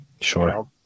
Sure